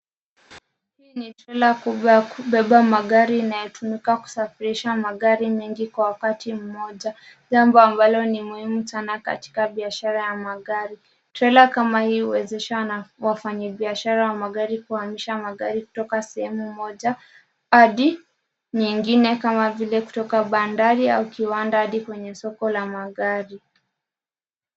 Hii ni trela kubwa ya kubeba magari inayotumika kusafirisha magari mingi kwa wakati mmoja. Jambo ambalo ni muhimu sana katika biashara ya magari, trela kama hii huwezesha wafanyibiashara wa magari kuhamisha magari kutoka sehemu moja hadi nyingine kama zile kutoka bandari au kiwanda hadi kwenye soko la magari.